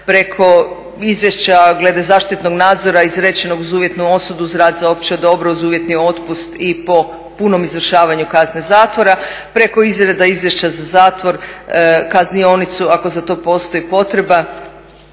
preko izvješća glede zaštitnog nadzora izrečenog uz uvjetnu osudu, uz rad za opće dobro, uz uvjetni otpust i po punom izvršavanju kazne zatvora, preko izrade izvješća za zatvor, kaznionicu ako za to postoji potreba,